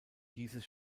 dieses